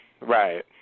right